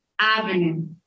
avenue